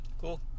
Cool